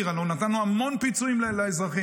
נתנו המון פיצויים לאזרחים,